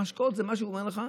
המשקאות, מה שאומרים לך: